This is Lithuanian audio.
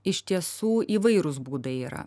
iš tiesų įvairūs būdai yra